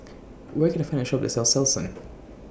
Where Can I Find A Shop that sells Selsun